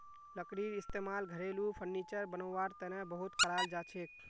लकड़ीर इस्तेमाल घरेलू फर्नीचर बनव्वार तने बहुत कराल जाछेक